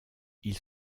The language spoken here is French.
ils